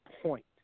point